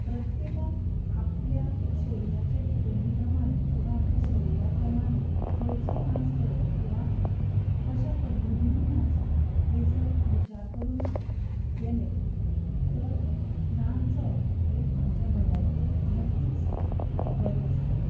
प्रत्येकान आपल्याच्या शरिराच्या ठेवणी प्रमाणे किंवा आपल्या शरिरा प्रमाणे खंयचो नाच करप किंवा कश्या पद्दतिंनी नाचप हें जर विचार करून केलें तर नाचप हें आमचे भलायकेक नक्कीच बरें आसतलें